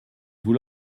vous